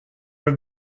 have